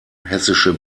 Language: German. hessische